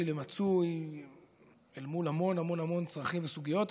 למצוי אל מול המון המון המון צרכים וסוגיות.